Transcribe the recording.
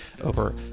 over